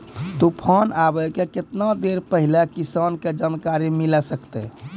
तूफान आबय के केतना देर पहिले किसान के जानकारी मिले सकते?